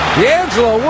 D'Angelo